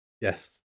Yes